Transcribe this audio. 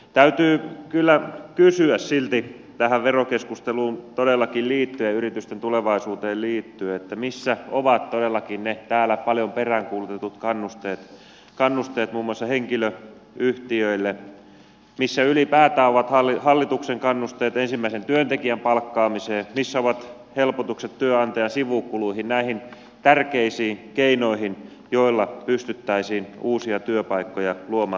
täytyy kyllä kysyä silti tähän verokeskusteluun todellakin liittyen yritysten tulevaisuuteen liittyen missä ovat todellakin ne täällä paljon peräänkuulutetut kannusteet kannusteet muun muassa henkilöyhtiöille missä ylipäätään ovat hallituksen kannusteet ensimmäisen työntekijän palkkaamiseen missä ovat helpotukset työnantajan sivukuluihin nämä tärkeät keinot joilla pystyttäisiin uusia työpaikkoja luomaan